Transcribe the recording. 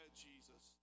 Jesus